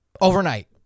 Overnight